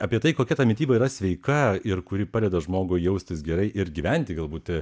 apie tai kokia ta mityba yra sveika ir kuri padeda žmogui jaustis gerai ir gyventi galbūt